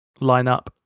lineup